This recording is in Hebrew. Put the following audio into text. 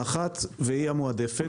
האחת, והיא המועדפת,